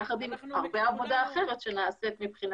יחד עם הרבה עבודה אחרת שנעשית מבחינה